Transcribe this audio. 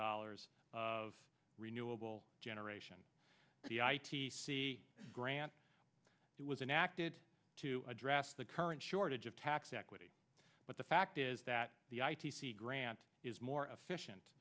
dollars of renewable generation the i t c grant that was and acted to address the current shortage of tax equity but the fact is that the i t c grant is more efficient